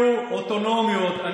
לא יהיו אוטונומיות.